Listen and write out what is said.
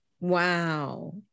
Wow